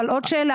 עוד שאלה,